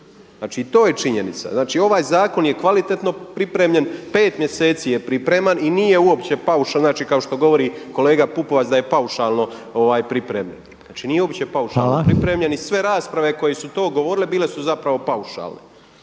Znači to je činjenica. Znači ovaj zakon je kvalitetno pripremljen, 5 mjeseci je pripreman i nije uopće paušalno, kao što govori kolega Pupovac da je paušalno pripremljen. Znači nije uopće paušalno pripremljen i sve rasprave koje su to govorile bile su zapravo paušalne.